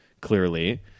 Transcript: clearly